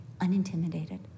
unintimidated